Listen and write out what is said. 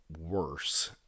worse